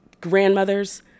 grandmothers